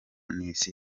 n’isi